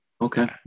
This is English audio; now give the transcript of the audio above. Okay